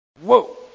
Whoa